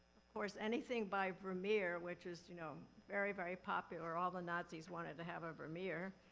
of course anything by vermeer, which is you know very, very popular, all the nazis wanted to have a vermeer,